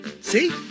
See